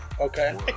Okay